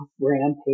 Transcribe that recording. rampage